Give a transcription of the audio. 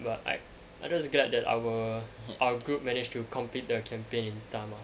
but like I'm just glad that our our group managed to complete the campaign in time ah